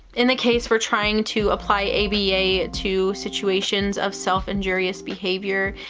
in the case for trying to apply aba to situations of self injurious behavior,